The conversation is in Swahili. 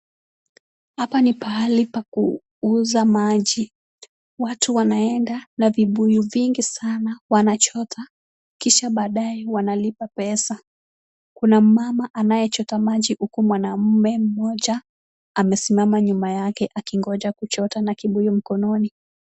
Hapa ni pahali pa kuuza maji. Watu wanaenda na vibuyu vingi sana na wanachota kisha baadaye wanalipa pesa. Kuna mmama anayechota maji huku mwanaume mmoja amesimama nyuma yake akingoja kuchota na kibuyu mkononi.